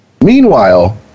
Meanwhile